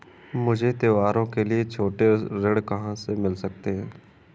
मुझे त्योहारों के लिए छोटे ऋण कहाँ से मिल सकते हैं?